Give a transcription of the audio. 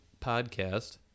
podcast